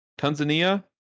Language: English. Tanzania